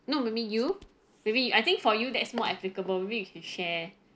no maybe you maybe I think for you that's more applicable maybe you can share